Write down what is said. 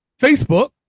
Facebook